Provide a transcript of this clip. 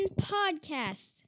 podcast